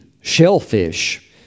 shellfish